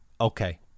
okay